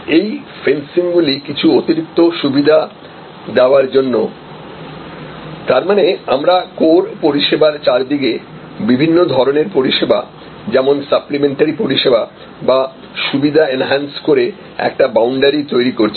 এই ফেন্সিং গুলো কিছু অতিরিক্ত সুবিধা দেওয়ার জন্য তার মানে আমরা কোর পরিষেবার চারদিকে বিভিন্ন ধরনের পরিষেবা যেমন সাপ্লিমেন্টারি পরিষেবা বা সুবিধা এনহান্স করে একটা বাউন্ডারি তৈরি করছি